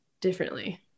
differently